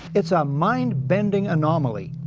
it's a mind-bending anomaly.